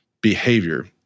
behavior